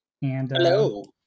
Hello